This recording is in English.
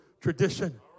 tradition